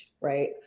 right